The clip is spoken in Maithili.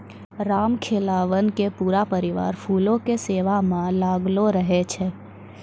रामखेलावन के पूरा परिवार फूलो के सेवा म लागलो रहै छै